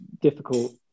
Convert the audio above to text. difficult